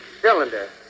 cylinder